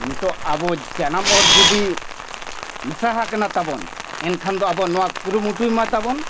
ᱱᱤᱛᱳᱜ ᱟᱵᱚ ᱡᱟᱱᱟᱢ ᱦᱚᱨ ᱡᱩᱫᱤ ᱢᱮᱥᱟ ᱟᱠᱟᱱᱟ ᱛᱟᱵᱚᱱ ᱮᱱᱠᱷᱟᱱ ᱫᱚ ᱟᱵᱚ ᱱᱚᱣᱟ ᱠᱩᱨᱩᱢᱩᱴᱩᱭ ᱢᱟ ᱛᱟᱵᱚᱱ